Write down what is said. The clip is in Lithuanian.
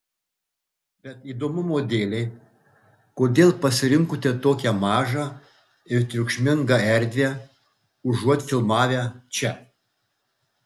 bet įdomumo dėlei kodėl pasirinkote tokią mažą ir triukšmingą erdvę užuot filmavę čia